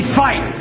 fight